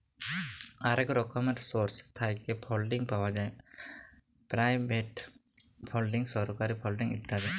অলেক রকমের সোর্স থ্যাইকে ফাল্ডিং পাউয়া যায় পেরাইভেট ফাল্ডিং, সরকারি ফাল্ডিং ইত্যাদি